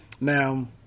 Now